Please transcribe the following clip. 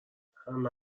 همه